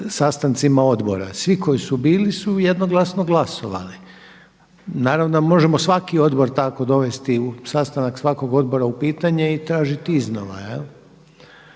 sastancima odbora. Svi koji su bili su jednoglasno glasovali. Naravno možemo svaki odbor tako dovesti, sastanak svakog odbora u pitanje i tražiti iznova.